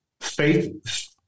faith